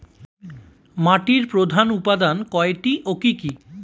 মাটির প্রধান উপাদান কয়টি ও কি কি?